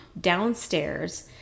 downstairs